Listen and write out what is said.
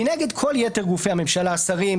מנגד כל יתר גופי הממשלה: שרים,